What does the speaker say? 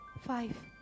five